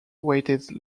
waited